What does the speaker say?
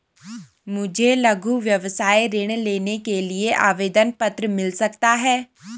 मुझे लघु व्यवसाय ऋण लेने के लिए आवेदन पत्र मिल सकता है?